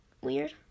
weird